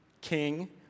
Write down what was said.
King